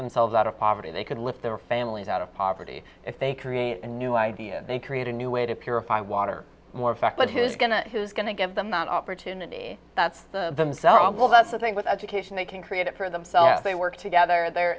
themselves out of poverty they can lift their families out of poverty if they create a new idea they create a new way to purify water more affected his going to who's going to give them that opportunity that's the themselves well that's the thing with education they can create it for themselves they work together